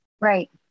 Right